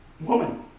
Woman